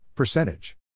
Percentage